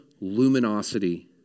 luminosity